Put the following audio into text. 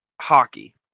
Hockey